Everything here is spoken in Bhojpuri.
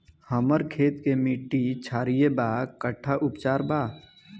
हमर खेत के मिट्टी क्षारीय बा कट्ठा उपचार बा?